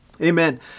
Amen